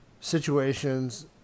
situations